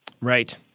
Right